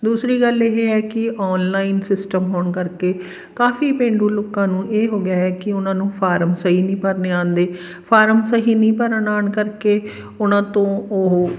ਦੂਸਰੀ ਗੱਲ ਇਹ ਹੈ ਕਿ ਔਨਲਾਈਨ ਸਿਸਟਮ ਹੋਣ ਕਰਕੇ ਕਾਫੀ ਪੇਂਡੂ ਲੋਕਾਂ ਨੂੰ ਇਹ ਹੋ ਗਿਆ ਹੈ ਕਿ ਉਹਨਾਂ ਨੂੰ ਫਾਰਮ ਸਹੀ ਨਹੀਂ ਭਰਨੇ ਆਉਂਦੇ ਫਾਰਮ ਸਹੀ ਨਹੀਂ ਭਰਨ ਆਉਣ ਕਰਕੇ ਉਹਨਾਂ ਤੋਂ ਉਹ